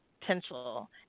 potential